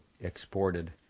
exported